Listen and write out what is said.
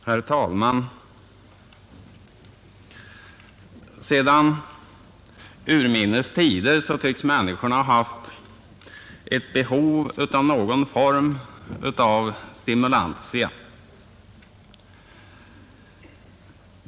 Herr talman! Sedan urminnes tider tycks människorna ha haft ett behov av någon form av stimulantia.